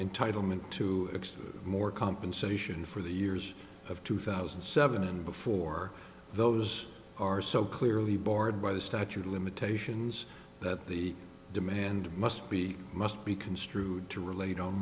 entitlement to more compensation for the years of two thousand and seven and before those are so clearly bored by the statute of limitations that the demand must be must be construed to relate on